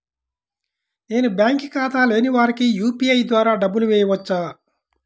నేను బ్యాంక్ ఖాతా లేని వారికి యూ.పీ.ఐ ద్వారా డబ్బులు వేయచ్చా?